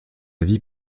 vie